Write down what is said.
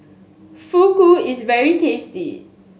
Fugu is very tasty